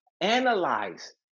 analyze